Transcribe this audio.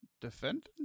defendant